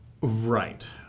Right